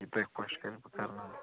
یہِ تۄیہِ خۄش کَرِ بہٕ کرناو